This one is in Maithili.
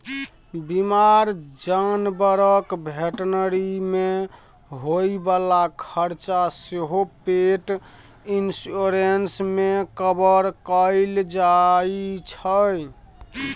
बीमार जानबरक भेटनरी मे होइ बला खरचा सेहो पेट इन्स्योरेन्स मे कवर कएल जाइ छै